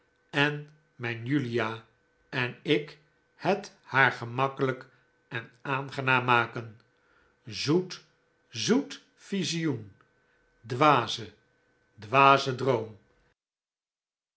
en mijn julia en ik het haar gemakkelijk en aangenaam maken zoet zoet visioen dwaze dwaze droom